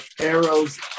arrows